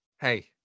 hey